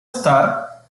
star